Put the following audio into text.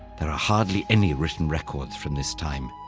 there are hardly any written records from this time,